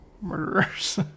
murderers